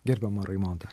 gerbiama raimonda